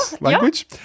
language